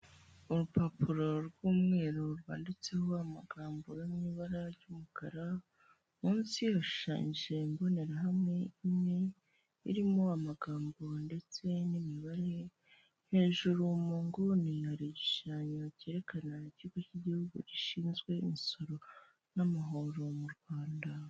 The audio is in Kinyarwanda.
Urupapuro rw'umweru, rwanditseho amagambo yo mu ibara ry'umukara, munsi hashushanyije imbonerahamwe imwe, irimo amagambo ndetse n'imibare, hejuru mu nguni hari igishushanyo cyerekana ikigo cy'igihugu gishinzwe imisoro n'amahoro mu Rwanda.